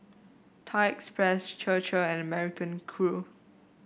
Thai Express Chir Chir and American Crew